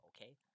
okay